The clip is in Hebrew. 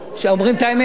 אומרים את האמת.